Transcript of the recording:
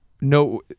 No